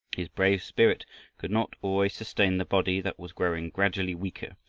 his brave spirit could not always sustain the body that was growing gradually weaker,